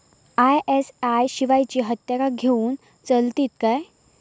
ISI शिवायची हत्यारा घेऊन चलतीत काय?